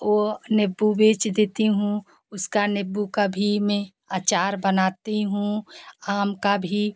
वो नीबू बेच देती हूँ उसका नीबू का भी मैं अचार बनाती हूँ आम का भी